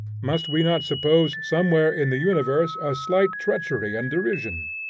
must we not suppose somewhere in the universe a slight treachery and derision?